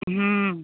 हम्म